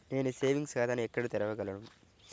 నేను సేవింగ్స్ ఖాతాను ఎక్కడ తెరవగలను?